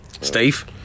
Steve